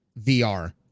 VR